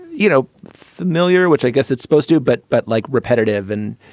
you know, familiar, which i guess it's supposed to. but but like, repetitive and.